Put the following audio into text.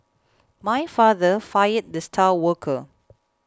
my father fired the star worker